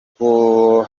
com